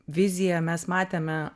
viziją mes matėme